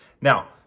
Now